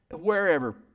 wherever